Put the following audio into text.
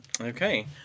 Okay